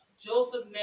Joseph